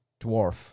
dwarf